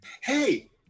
Hey